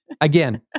again